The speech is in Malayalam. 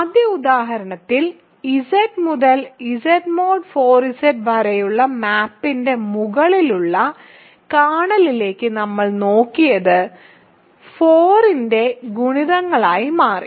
ആദ്യ ഉദാഹരണത്തിൽ Z മുതൽ Z mod 4Z വരെയുള്ള മാപ്പിന്റെ മുകളിലുള്ള കേർണലിലേക്ക് നമ്മൾ നോക്കിയത് 4 ന്റെ ഗുണിതങ്ങളായി മാറി